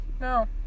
No